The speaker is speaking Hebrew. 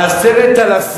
על 10,000